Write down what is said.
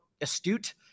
astute